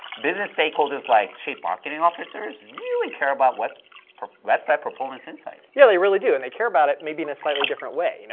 business stakeholders like chief marketing officers really care about what website performance is so like. yeah, they really do, and they care about it maybe in a slightly different way, you know?